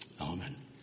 Amen